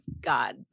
God